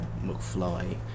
McFly